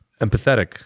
empathetic